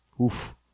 Oof